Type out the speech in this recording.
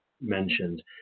mentioned